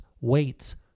weights